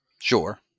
Sure